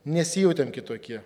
nesijautėm kitokie